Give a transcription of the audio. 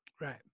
Right